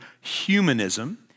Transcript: humanism